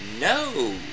No